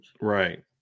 Right